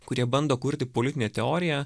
kurie bando kurti politinę teoriją